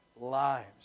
lives